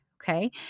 Okay